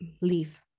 leave